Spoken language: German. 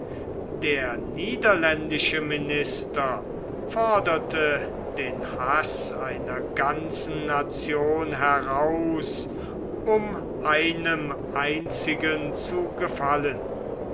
der niederländische minister forderte den haß einer ganzen nation heraus um einem einzigen zu gefallen